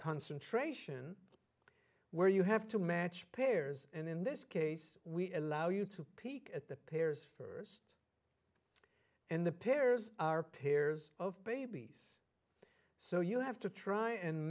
concentration where you have to match pairs and in this case we allow you to peek at the pairs for and the pairs are pairs of babies so you have to try and